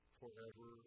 forever